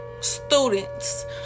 students